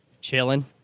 chilling